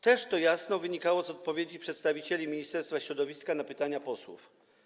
To jasno wynikało również z odpowiedzi przedstawicieli Ministerstwa Środowiska na pytania posłów.